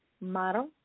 model